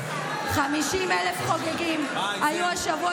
50,000 חוגגים היו בשבוע